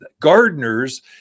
Gardeners